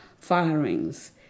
firings